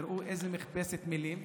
תראו איזו מכבסת מילים.